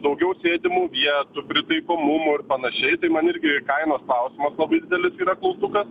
daugiau sėdimų vietų pritaikomumo ir panašiai tai man irgi kainos klausimas labai didelis yra klaustukas